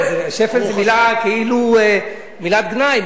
שפל היא כאילו מילת גנאי,